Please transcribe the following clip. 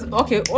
okay